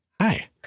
Hi